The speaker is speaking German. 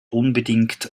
unbedingt